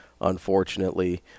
unfortunately